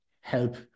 help